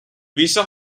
visa